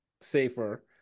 safer